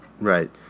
Right